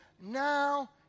now